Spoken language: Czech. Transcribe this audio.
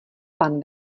pan